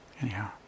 Anyhow